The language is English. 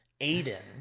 aiden